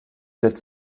seit